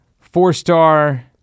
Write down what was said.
four-star